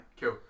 Cool